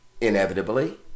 Inevitably